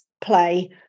play